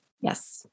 Yes